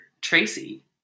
Tracy